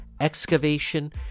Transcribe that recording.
excavation